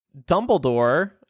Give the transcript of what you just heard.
Dumbledore